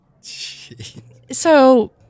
So-